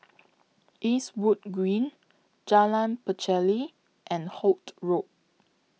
Eastwood Green Jalan Pacheli and Holt Road